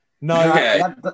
No